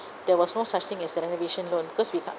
there was no such thing as renovation loan because we can't